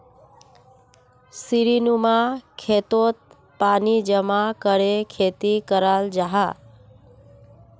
सीढ़ीनुमा खेतोत पानी जमा करे खेती कराल जाहा